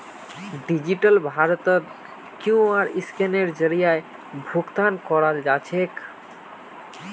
digital भारतत QR scanner जरीए भुकतान कराल जाछेक